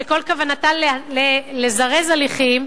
שכל כוונתה לזרז הליכים,